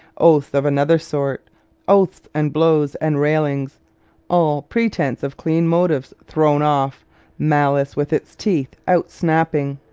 oaths of another sort oaths and blows and railings all pretence of clean motives thrown off malice with its teeth out snapping!